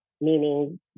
meaning